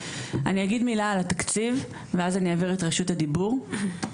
אני אגיד מילה בנושא התקציב ואז אני אעביר את רשות הדיבור הלאה.